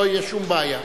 לא תהיה שום בעיה.